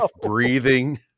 breathing